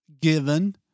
given